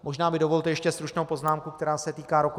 Možná mi dovolte ještě stručnou poznámku, která se týká roku 2015.